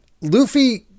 Luffy